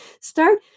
start